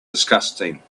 disgusting